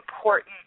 important